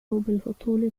بالهطول